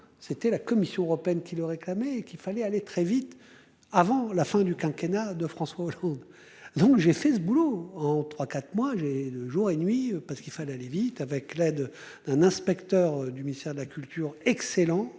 c'était la Commission européenne qui l'aurait clamé qu'il fallait aller très vite, avant la fin du quinquennat de François Hollande. Donc j'ai fait ce boulot en trois, quatre mois, j'ai le jour et nuit parce qu'il fallait aller vite avec l'aide d'un inspecteur du ministère de la culture, excellent